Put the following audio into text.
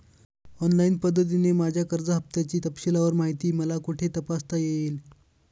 Online पद्धतीने माझ्या कर्ज हफ्त्याची तपशीलवार माहिती मला कुठे तपासता येईल?